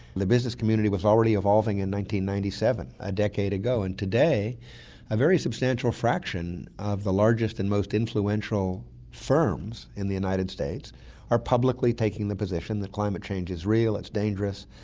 the business community was already evolving in ninety ninety seven, a decade ago, and today a very substantial fraction of the largest and most influential firms in the united states are publicly taking the position that climate change is real, it's dangerous,